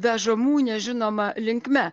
vežamų nežinoma linkme